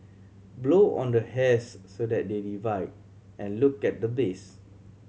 blow on the hairs so that they divide and look at the base